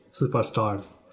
superstars